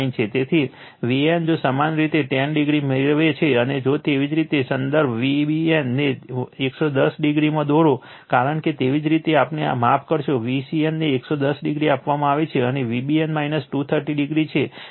તેથી Van જો સમાન રીતે 10o મેળવે છે અને જો તેવી જ રીતે સંદર્ભ Vbn ને 110o માં દોરો કારણ કે તેવી જ રીતે આપણે માફ કરશો Vcn ને 110o આપવામાં આવે છે અને Vbn 230o છે